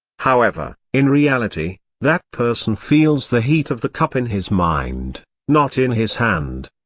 however, in reality, that person feels the heat of the cup in his mind, not in his hand.